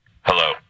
Hello